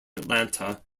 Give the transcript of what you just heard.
atlanta